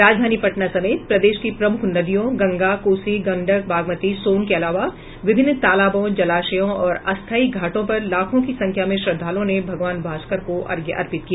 राजधानी पटना समेत प्रदेश की प्रमुख नदियों गंगा कोसी गंडक बागमती सोन के अलावा विभिन्न तालाबों जलाशयों और अस्थायी घाटों पर लाखों की संख्या में श्रद्धालुओं ने भागवान भास्कर को अर्घ्य अर्पित किया